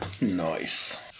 Nice